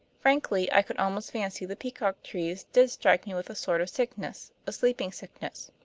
frankly, i could almost fancy the peacock trees did strike me with a sort of sickness a sleeping sickness.